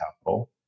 capital